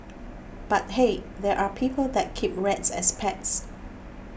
but hey there are people that keep rats as pets